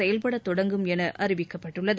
செயல்படத் தொடங்கும் என அறிவிக்கப்பட்டுள்ளது